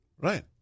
Right